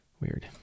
weird